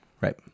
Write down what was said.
Right